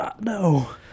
No